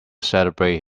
celebrate